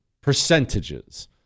Percentages